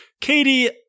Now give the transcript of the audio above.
Katie